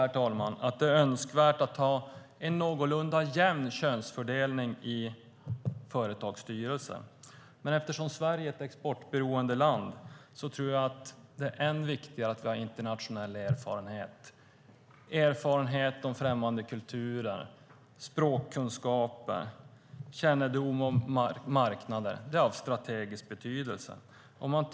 Själv tycker jag att det är önskvärt att ha en någorlunda jämn könsfördelning i företags styrelser. Men eftersom Sverige är ett exportberoende land tror jag att det är än viktigare att vi har internationell erfarenhet, erfarenhet av främmande kulturer, språkkunskaper och kännedom om marknader. Det är av strategisk betydelse.